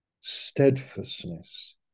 steadfastness